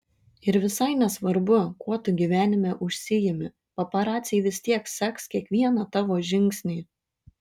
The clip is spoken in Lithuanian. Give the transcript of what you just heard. ir visai nesvarbu kuo tu gyvenime užsiimi paparaciai vis tiek seks kiekvieną tavo žingsnį